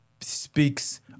speaks